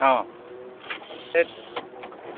অঁ হে